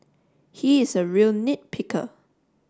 he is a real nit picker